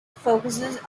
focuses